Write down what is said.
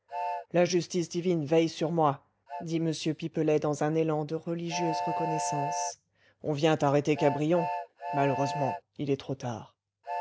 la justice divine veille sur moi dit m pipelet dans un élan de religieuse reconnaissance on vient arrêter cabrion malheureusement il est trop tard